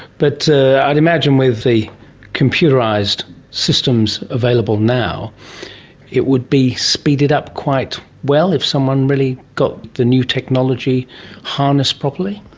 but i'd imagine with the computerised systems available now it would be speeded up quite well if someone really got the new technology harnessed properly.